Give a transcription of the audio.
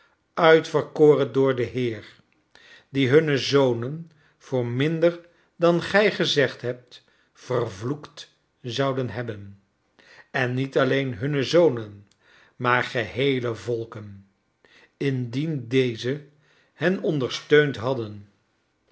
uitverkoren door den heer die hunne zonen voor minder dan gij gezegd hebt vervloekt zouden hebben en niet alleen hunne zonen maar geheele volken indien deze ben ondersteund hadden